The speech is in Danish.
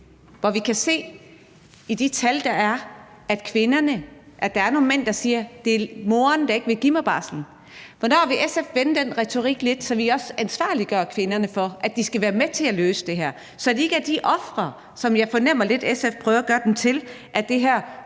hvor vi kan se i de tal, der er, at der er nogle mænd, der siger: Det er moren, der ikke vil give mig barslen? Hvornår vil SF vende den retorik lidt, så vi også ansvarliggør kvinderne for, at de skal være med til at løse det her, så de ikke er de ofre, som jeg lidt fornemmer SF prøver at gøre dem til: at det her